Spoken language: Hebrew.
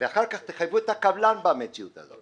ואחר כך תחייבו את הקבלן במציאות הזאת.